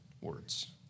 words